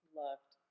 loved